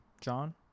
John